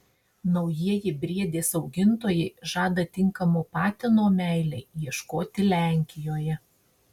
naujieji briedės augintojai žada tinkamo patino meilei ieškoti lenkijoje